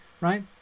right